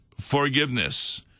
forgiveness